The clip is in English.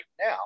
now